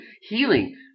healing